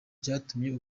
byatumye